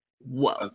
whoa